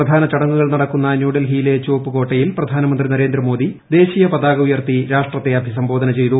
പ്രധാന ചടങ്ങുകൾ നടക്കുന്ന ന്യൂഡൽഹീയിലെ ചുവപ്പുകോട്ടയിൽ പ്രധാനമന്ത്രി നരേന്ദ്രമോദി ദേശീയ പ്രിതിക് ഉയർത്തി രാഷ്ട്രത്തെ അഭിസംബോധന ചെയ്തു